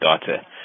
data